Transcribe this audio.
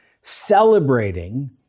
celebrating